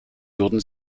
würden